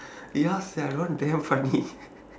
ya sia you all damn funny